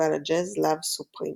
בפסטיבל הג'אז לאב סופרים.